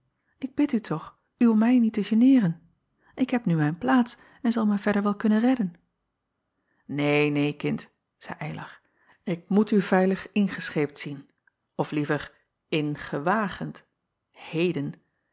k bid u toch u om mij niet te geneeren ik heb nu mijn plaats en zal mij verder wel kunnen redden een neen kind zeî ylar ik moet u veilig ingescheept zien of liever ingewagend heden